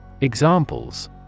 Examples